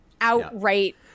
outright